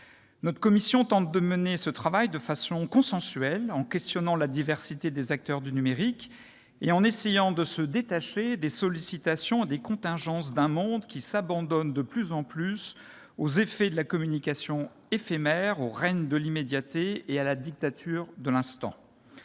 Elle tente de conduire ce travail de façon consensuelle, en questionnant les acteurs du numérique, dans leur diversité, et en essayant de se détacher des sollicitations et des contingences d'un monde qui s'abandonne de plus en plus aux effets de la communication éphémère, au règne de l'immédiateté et à la dictature de l'instant.